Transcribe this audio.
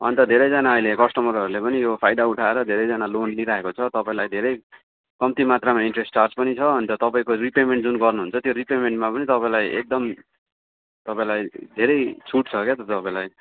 अन्त धेरैजना अहिले कस्टमरहरूले पनि यो फाइदा उठाएर धेरैजनाले लोन लिइरहेको छ तपाईँलाई धेरै कम्ती मात्रामा इन्ट्रेस्ट चार्ज पनि छ अन्त तपाईँको रिपेमेन्ट जुन गर्नुहुन्छ त्यो रिपेमेन्टमा पनि तपाईँलाई एकदम तपाईँलाई धेरै छुट छ क्या त तपाईँलाई